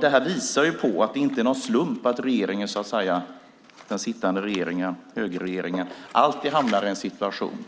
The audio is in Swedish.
Det här visar ju på att det inte är någon slump att den sittande regeringen, högerregeringen, alltid hamnar i en situation